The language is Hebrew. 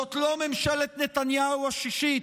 זאת לא ממשלת נתניהו השישית,